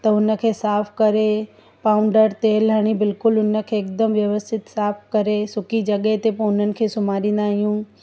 त हुनखे साफ़ करे पाउंडर तेलु हणी बिल्कुलु उनखे हिकदमु व्यवस्थित साफ़ करे सुकी जॻहि ते पो उन्हनि खे सुम्हारींदा आहियूं